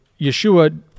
Yeshua